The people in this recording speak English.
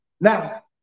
Now